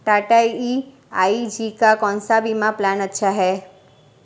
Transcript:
Tata AIG का कौन सा बीमा प्लान अच्छा है?